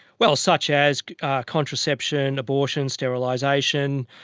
well, such as contraception, abortion, sterilisation,